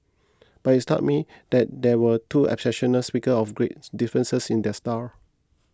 but it struck me that there were two exceptional speaker of great differences in their styles